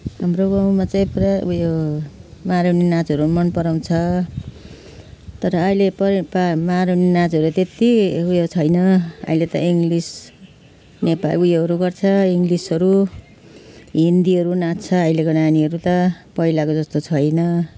हाम्रो गाउँमा चाहिँ प्रायः उयो मारुनी नाचहरू मन पराउँछ तर अहिले प प्रायः मारुनी नाचहरू त्यति उयो छैन अहिले त इङ्ग्लिस नेपाली उयोहरू गर्छ इङ्ग्लिसहरू हिन्दीहरू नाच्छ अहिलेको नानीहरू त पहिलाको जस्तो छैन